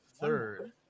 third